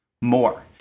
more